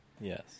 Yes